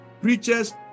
preachers